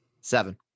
Seven